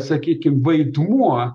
sakykim vaidmuo